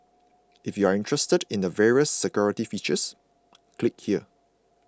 if you're interested in the various security features click here